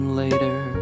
later